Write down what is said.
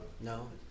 No